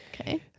okay